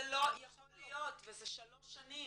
זה לא יכול להיות וזה שלוש שנים.